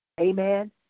Amen